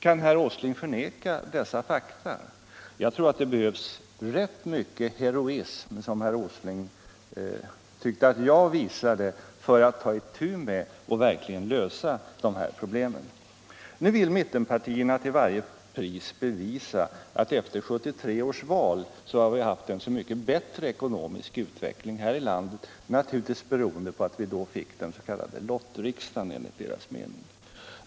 Kan herr Åsling förneka dessa fakta? Jag tycker att det behövs rätt mycket heroism, som herr Åsling tyckte att jag visade, för att ta itu med och verkligen lösa dessa problem. Nu vill mittenpartierna till varje pris bevisa att vi efter 1973 års val har haft en så mycket bättre ekonomisk utveckling här i landet, naturligtvis enligt deras mening beroende på att vi då fick den s.k. lottriksdagen.